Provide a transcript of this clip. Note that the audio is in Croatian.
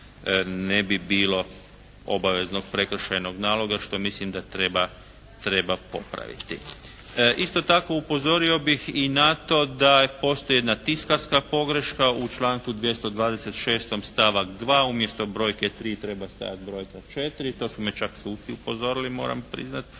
ne bi bilo obaveznog prekršajnog naloga, što mislim da treba popraviti. Isto tako upozorio bih i na to da postoji jedna tiskarska pogreška u članku 226. stavak 2. Umjesto brojke 3 treba stajati brojka 4. To su me čak suci upozorili, moram priznat.